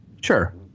sure